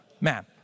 Man